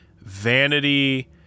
Vanity